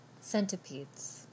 Centipedes